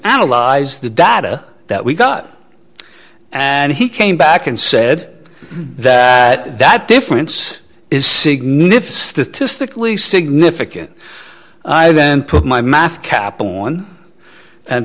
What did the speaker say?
analyze the data that we got and he came back and said that that difference is significant to stickley significant i then put my math cap on